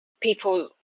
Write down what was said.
people